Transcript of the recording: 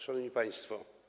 Szanowni Państwo!